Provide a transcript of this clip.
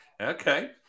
okay